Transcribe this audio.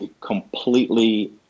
completely